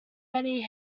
many